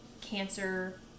cancer